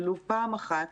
ולו פעם אחת,